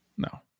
No